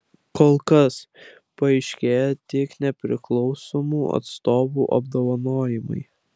kol kas paaiškėję tik nepriklausomų atstovų apdovanojimai